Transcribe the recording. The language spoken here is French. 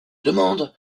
demande